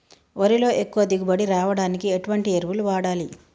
వరిలో ఎక్కువ దిగుబడి రావడానికి ఎటువంటి ఎరువులు వాడాలి?